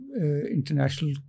international